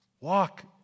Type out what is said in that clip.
Walk